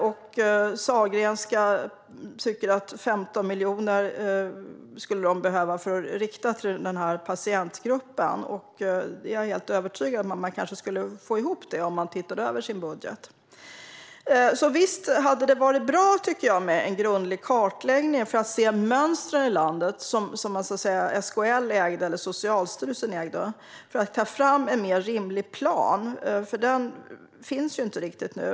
Sahlgrenska menar att de skulle behöva 15 miljoner riktat till denna patientgrupp. Jag är helt övertygad om att de skulle få ihop det om de tittade över sin budget. Visst hade det varit bra med en grundlig kartläggning, som SKL eller Socialstyrelsen äger, för att se mönstren i landet och för att ta fram en rimligare plan. Någon sådan finns inte riktigt nu.